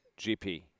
GP